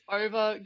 over